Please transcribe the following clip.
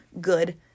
good